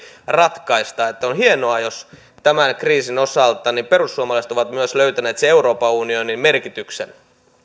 ratkaista on hienoa jos tämän kriisin osalta perussuomalaiset ovat myös löytäneet sen euroopan unionin merkityksen